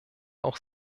auch